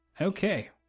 Okay